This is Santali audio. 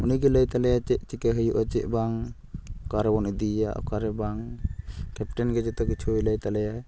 ᱩᱱᱤᱜᱮ ᱞᱟᱹᱭ ᱛᱟᱞᱮᱭᱟᱭ ᱪᱮᱫ ᱪᱤᱠᱟᱹ ᱦᱩᱭᱩᱜᱼᱟ ᱪᱮᱫ ᱵᱟᱝ ᱚᱠᱟᱨᱮᱵᱚᱱ ᱤᱫᱤᱭ ᱭᱟ ᱚᱠᱟᱨᱮ ᱵᱟᱝ ᱠᱮᱯᱴᱮᱱᱜᱮ ᱡᱚᱛᱚ ᱠᱤᱪᱷᱩᱭ ᱞᱟᱹᱭ ᱛᱟᱞᱮᱭᱟᱭ